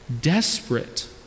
desperate